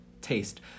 taste